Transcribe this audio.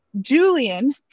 Julian